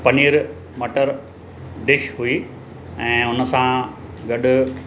paneer matar dish हुई ऐं उन सां गॾु